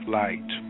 light